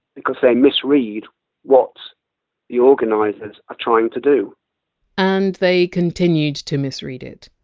because they misread what the organizers are trying to do and they continued to misread it.